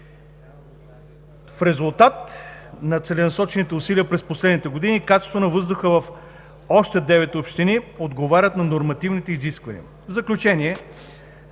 В резултат на целенасочените усилия през последните години качеството на въздуха в още девет общини отговаря на нормативните изисквания. В заключение,